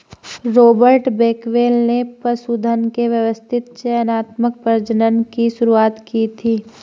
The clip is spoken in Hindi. रॉबर्ट बेकवेल ने पशुधन के व्यवस्थित चयनात्मक प्रजनन की शुरुआत की थी